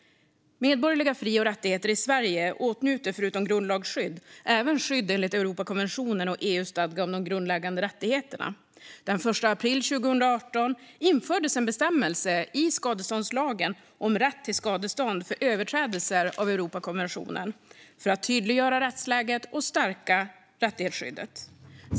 Medborgerliga fri och rättigheter i Sverige åtnjuter förutom grundlagsskydd även skydd enligt Europakonventionen och EU:s stadga om de grundläggande rättigheterna. Den 1 april 2018 infördes en bestämmelse i skadeståndslagen om rätt till skadestånd för överträdelser av Europakonventionen, för att tydliggöra rättsläget och stärka rättighetsskyddet.